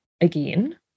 again